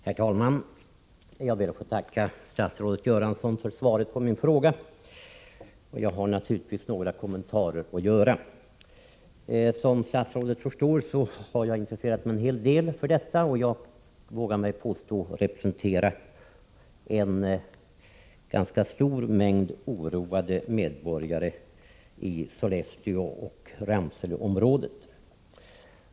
Herr talman! Jag ber att få tacka statsrådet Göransson för svaret på min fråga. Naturligtvis har jag några kommentarer att göra. Som statsrådet förstår har jag intresserat mig en hel del för dessa ting, och jag vågar påstå att jag representerar en ganska stor mängd oroade medborgare i Sollefteåoch Ramseleområdet.